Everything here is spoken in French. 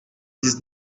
dix